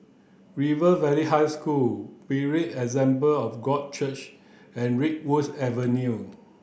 River Valley High School Berean Assembly of God Church and Redwood Avenue